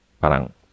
parang